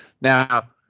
Now